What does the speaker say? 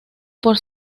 por